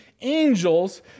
angels